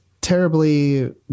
terribly